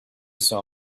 saw